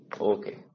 Okay